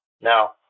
Now